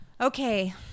Okay